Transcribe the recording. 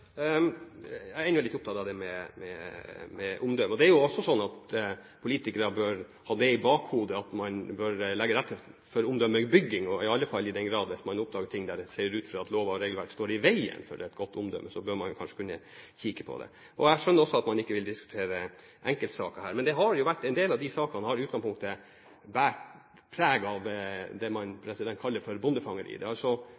Jeg er ennå litt opptatt av det med omdømme. Det er jo også sånn at politikere bør ha det i bakhodet at man bør legge til rette for omdømmebygging i alle fall i den grad at oppdager man ting der man ser at lover og regelverk står i veien for et godt omdømme, så bør man kanskje kunne kikke på det. Jeg skjønner også at man ikke vil diskutere enkeltsaker her, men en del av de sakene har i utgangspunktet båret preg av det